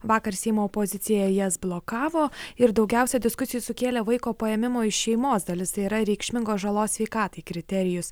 vakar seimo opozicija jas blokavo ir daugiausia diskusijų sukėlė vaiko paėmimo iš šeimos dalis tai yra reikšmingos žalos sveikatai kriterijus